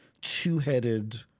two-headed